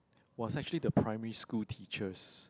was actually the primary school teachers